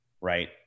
Right